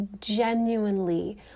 genuinely